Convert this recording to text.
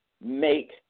make